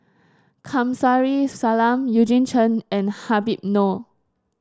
Kamsari Salam Eugene Chen and Habib Noh